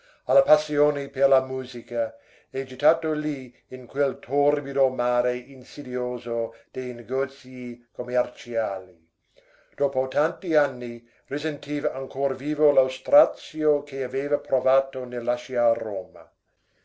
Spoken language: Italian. alla passione per la musica e gettato lì in quel torbido mare insidioso dei negozii commerciali dopo tanti anni risentiva ancor vivo lo strazio che aveva provato nel lasciar roma